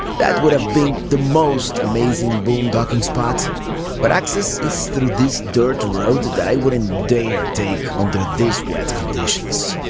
that would have been the most amazing boondocking spot but access is through this dirt road that that i wouldn't dare take under these wet conditions.